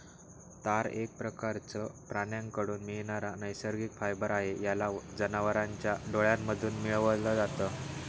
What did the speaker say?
तार एक प्रकारचं प्राण्यांकडून मिळणारा नैसर्गिक फायबर आहे, याला जनावरांच्या डोळ्यांमधून मिळवल जात